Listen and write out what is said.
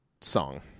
song